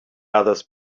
others